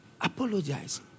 Apologize